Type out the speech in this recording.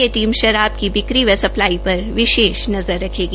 यह टीम शराब की बिक्री व सप्लाई पर विशेष नजर रखेगी